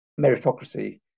meritocracy